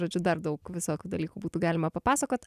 žodžiu dar daug visokių dalykų būtų galima papasakot